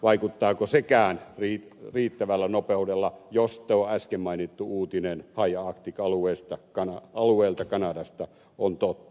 vaikuttaako sekään riittävällä nopeudella jos tuo äsken mainittu uutinen high arctic alueelta kanadasta on totta